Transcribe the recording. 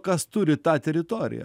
kas turi tą teritoriją